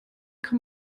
kann